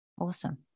Awesome